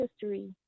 History